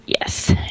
Yes